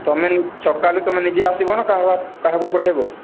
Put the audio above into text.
ତମେ ସକାଳେ ତମେ ନିଜେ ଆସିବ ନା କାହାକୁ ପଠେଇବ